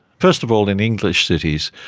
first of all, in english cities,